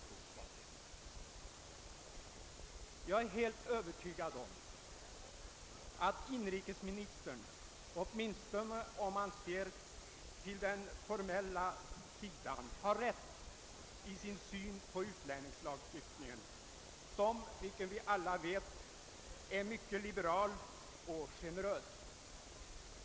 Jag är helt övertygad om att inrikesministern, åtminstone om man ser till den formella sidan, har rätt i sin syn på utlänningslagstiftningen, vilken som vi alla vet är mycket liberal och generös.